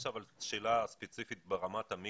אני לא מדבר עכשיו על שאלה ספציפית ברמת המיקרו,